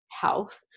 health